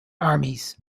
armies